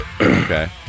Okay